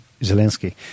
Zelensky